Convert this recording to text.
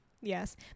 Yes